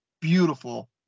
beautiful